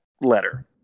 letter